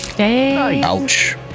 Ouch